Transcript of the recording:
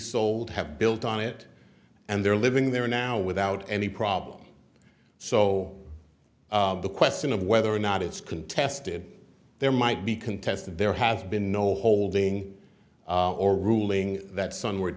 sold have built on it and they're living there now without any problem so the question of whether or not it's contested there might be contested there has been no holding or ruling that son where